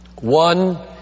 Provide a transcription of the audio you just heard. One